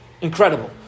Incredible